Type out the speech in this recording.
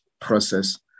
process